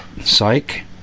psych